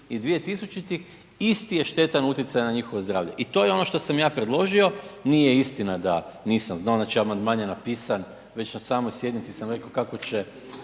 i 2000.-tih isti je štetni utjecaj na njihovo zdravlje i to je ono što sam ja predložio, nije istina da nisam znao, znači amandman je napisan, već na samoj sjednici sam reko kako će,